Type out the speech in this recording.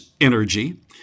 energy